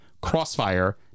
crossfire